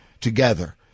together